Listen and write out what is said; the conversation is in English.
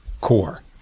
core